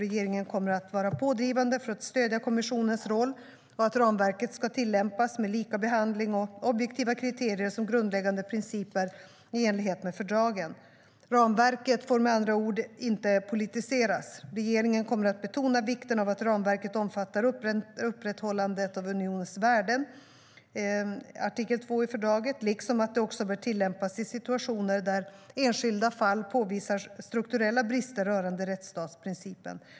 Regeringen kommer att vara pådrivande för att stödja kommissionens roll och att ramverket ska tillämpas, med likabehandling och objektiva kriterier som grundläggande principer, i enlighet med fördragen. Ramverket får med andra ord inte politiseras. Regeringen kommer att betona vikten av att ramverket omfattar upprätthållandet av unionens värden, i enlighet med artikel 2 i fördraget, liksom att det också bör tillämpas i situationer där enskilda fall påvisar strukturella brister rörande rättsstatsprincipen.